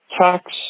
tax